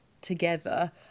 together